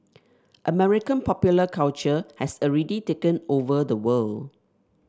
American popular culture has already taken over the world